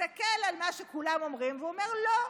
מסתכל על מה שכולם אומרים ואומר: לא,